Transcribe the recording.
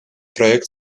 проект